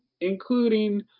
including